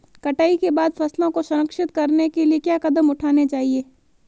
कटाई के बाद फसलों को संरक्षित करने के लिए क्या कदम उठाने चाहिए?